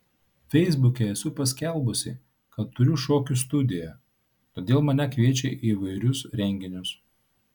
feisbuke esu paskelbusi kad turiu šokių studiją todėl mane kviečia į įvairius renginius